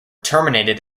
terminated